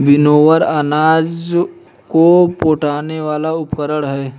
winnower अनाज को फटकने वाला उपकरण है